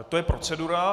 To je procedura.